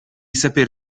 saper